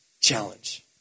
challenge